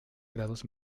grados